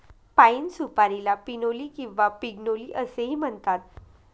पाइन सुपारीला पिनोली किंवा पिग्नोली असेही म्हणतात